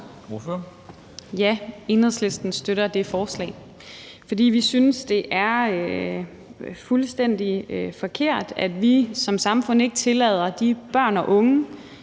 (EL): Ja, Enhedslisten støtter det forslag, fordi vi synes, det er fuldstændig forkert, at vi som samfund ikke tillader de børn og unge,